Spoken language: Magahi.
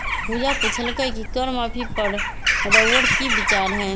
पूजा पुछलई कि कर माफी पर रउअर कि विचार हए